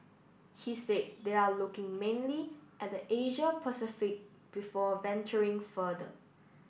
he said they are looking mainly at the Asia Pacific before venturing further